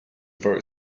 very